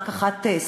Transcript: רק אחת שרדה.